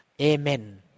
Amen